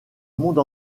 monde